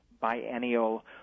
biennial